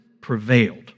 prevailed